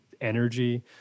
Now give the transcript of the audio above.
energy